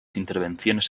intervenciones